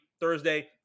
Thursday